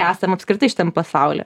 esam apskritai šitam pasauly